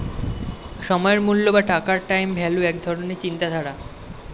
সময়ের মূল্য বা টাকার টাইম ভ্যালু এক ধরণের চিন্তাধারা